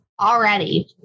already